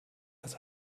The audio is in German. dass